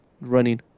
running